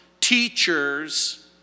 teachers